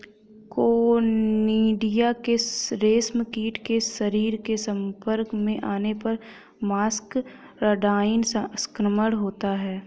conidia के रेशमकीट के शरीर के संपर्क में आने पर मस्करडाइन संक्रमण होता है